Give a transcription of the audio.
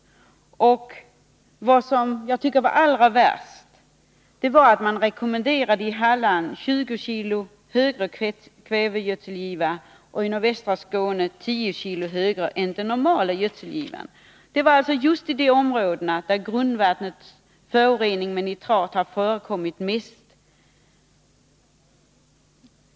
Vad jag tyckte var allra värst var att man rekommenderade för Halland 20 kg och för nordvästra Skåne 10 kg större kvävegödselgiva än den normala gödselgivan. Det var alltså just i de områden där grundvattnets förorening med nitrat har förekommit mest.